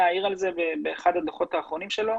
העיר על זה באחד הדוחות האחרונים שלו,